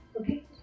okay